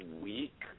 week